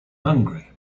hungary